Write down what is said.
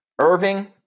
Irving